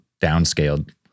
downscaled